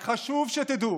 רק חשוב שתדעו: